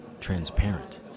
transparent